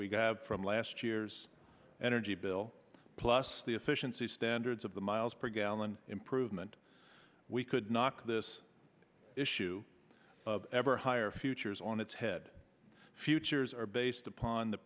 we got from last year's energy bill plus the efficiency standards of the miles per gallon improvement we could knock this issue of ever higher futures on its head futures are based upon the